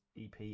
EP